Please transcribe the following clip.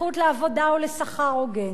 הזכות לעבודה ולשכר הוגן,